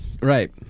Right